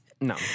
No